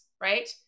right